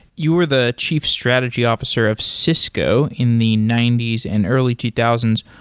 you are the chief strategy officer of cisco in the ninety s and early two thousand